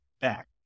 back